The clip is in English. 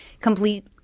complete